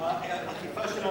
מצדיקה,